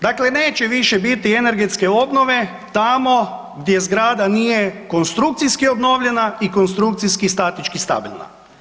Dakle neće više biti energetske obnove tamo gdje zgrada nije konstrukcijski obnovljena i konstrukcijski statički stabilna.